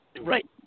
right